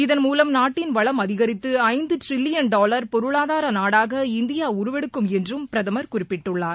இதன் மூலம் நாட்டின் வளம் அதிகரித்து ஐந்து டிரில்லியன் டாலர் பொருளாதார நாடாக இந்தியா உருவெடுக்கும் என்றும் பிரதமர் குறிப்பிட்டுள்ளார்